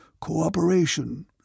cooperation